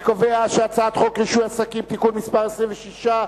אני קובע שהצעת חוק רישוי עסקים (תיקון מס' 26,